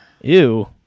Ew